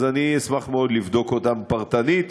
אני אשמח מאוד לבדוק אותם פרטנית.